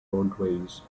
roadways